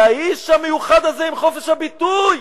והאיש המיוחד הזה, עם חופש הביטוי,